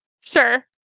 sure